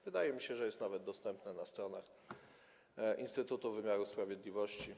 Wydaje mi się, że jest nawet dostępne na stronach Instytutu Wymiaru Sprawiedliwości.